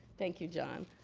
thank you, john.